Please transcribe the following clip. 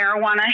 marijuana